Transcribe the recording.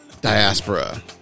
diaspora